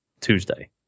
Tuesday